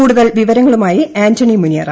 കൂടുതൽ വിവരങ്ങളുമായി ആൻണി മുനിയറ